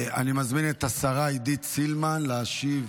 אני מזמין את השרה עידית סילמן להשיב